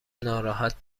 ناراحت